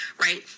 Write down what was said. right